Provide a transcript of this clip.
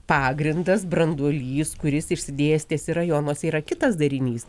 pagrindas branduolys kuris išsidėstęs rajonuose yra kitas darinys